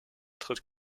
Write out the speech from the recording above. tritt